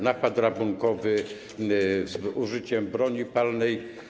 napadu rabunkowego z użyciem broni palnej.